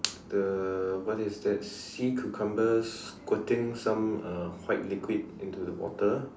the what is that sea cucumbers squirting some uh white liquid into the water